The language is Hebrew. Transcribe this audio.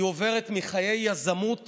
היא עוברת מחיי יזמות